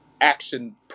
action